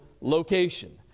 location